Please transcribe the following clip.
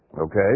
Okay